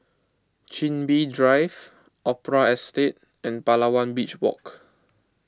Chin Bee Drive Opera Estate and Palawan Beach Walk